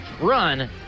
run